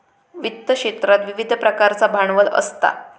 वित्त क्षेत्रात विविध प्रकारचा भांडवल असता